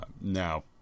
now